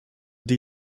die